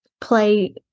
play